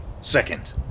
Second